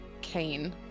kane